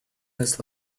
this